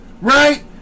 Right